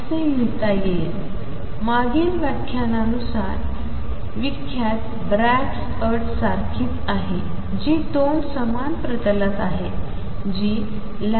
असे लिहिता येईल मागील व्याख्यानानुसार विख्यात ब्रॅगस अट सारखीच आहे जी दोन समान प्रतलात आहेत जी light2